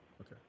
Okay